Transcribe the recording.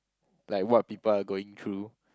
like what people are going through